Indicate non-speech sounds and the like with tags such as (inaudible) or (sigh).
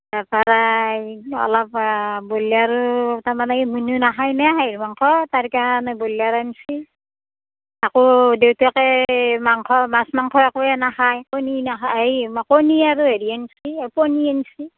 (unintelligible) অলপ বইলাৰো তাৰমানে এই (unintelligible) নাখায় ন' হেৰি মাংস তাৰ কাৰণে বইলাৰ আনছি আকৌ দেউতাকে মাংস মাছ মাংস একোৱেই নাখায় কণী নাখায় এই কণী আৰু হেৰি আনছি পনীৰ আনছি